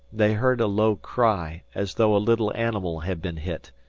they heard a low cry, as though a little animal had been hit.